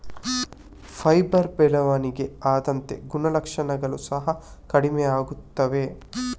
fibre ಬೆಳವಣಿಗೆ ಆದಂತೆ ಗುಣಲಕ್ಷಣಗಳು ಸಹ ಕಡಿಮೆಯಾಗುತ್ತವೆ